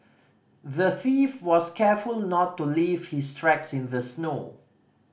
the thief was careful to not leave his tracks in the snow